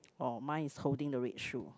oh mine is holding the red shoe